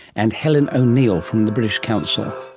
and helen o'neil from the british council